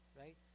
Right